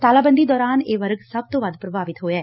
ਤਾਲਾਬੰਦੀ ਦੌਰਾਨ ਇਹ ਵਰਗ ਸਭ ਤੋਂ ਵੱਧ ਪੁਭਾਵਿਤ ਹੋਇਐ